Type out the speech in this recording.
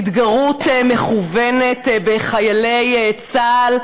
התגרות מכוונת בחיילי צה"ל,